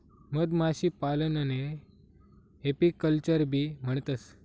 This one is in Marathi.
मधमाशीपालनले एपीकल्चरबी म्हणतंस